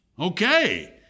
Okay